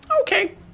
Okay